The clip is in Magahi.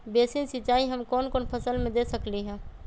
बेसिन सिंचाई हम कौन कौन फसल में दे सकली हां?